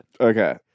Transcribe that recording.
Okay